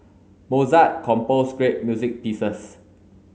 Mozart composed great music pieces